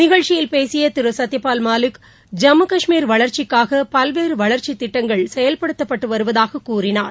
நிகழ்ச்சியில் பேசிய திரு சத்தியபால் மாலிக் ஜம்மு கஷ்மீர் வளர்ச்சிக்காக பல்வேறு வளர்ச்சி திட்டங்கள் செயல்படுத்தப்பட்டு வருவதாக கூறினார்